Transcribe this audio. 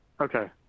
Okay